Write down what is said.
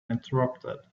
interrupted